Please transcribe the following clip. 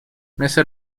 مثل